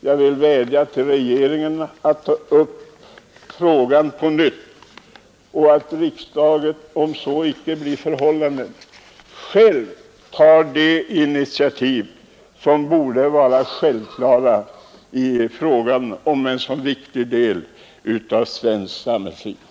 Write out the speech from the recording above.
Jag vill vädja till regeringen att ta upp frågan på nytt, och jag hoppas att riksdagen, om så icke blir förhållandet, själv tar de initiativ som borde vara självklara i fråga om en så viktig del av svenskt samhällsliv.